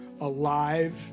alive